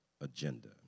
Agenda